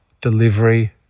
delivery